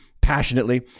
passionately